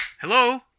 Hello